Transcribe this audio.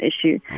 issue